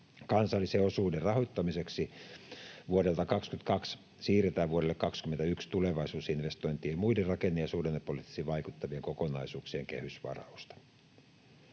Kansallisen osuuden rahoittamiseksi vuodelta 22 siirretään vuodelle 21 tulevaisuusinvestointien ja muiden rakenne- ja suhdannepoliittisesti vaikuttavien kokonaisuuksien kehysvarausta.